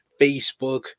Facebook